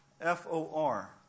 F-O-R